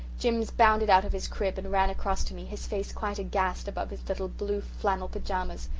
jims bounded out of his crib and ran across to me, his face quite aghast above his little blue flannel pyjamas.